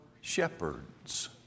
shepherds